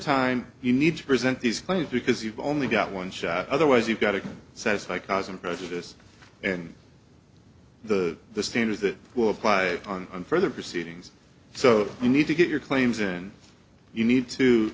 time you need to present these claims because you've only got one shot otherwise you've got to satisfy causing prejudice and the the standards that were applied on and further proceedings so you need to get your claims and you need to